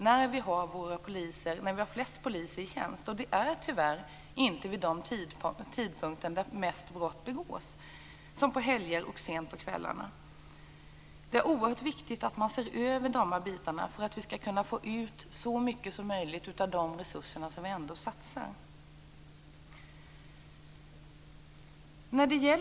Det största antalet poliser är tyvärr inte i tjänst vid de tidpunkter då flest brott begås. Det gäller helger och sena kvällar. Det är oerhört viktigt att vi ser över dessa bitar, så att vi kan få ut så mycket som möjligt av de resurser som vi ändå satsar. Herr talman!